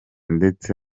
ndetse